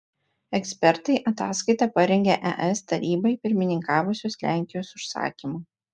ekspertai ataskaitą parengė es tarybai pirmininkavusios lenkijos užsakymu